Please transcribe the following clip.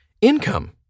Income